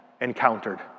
encountered